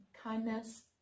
kindness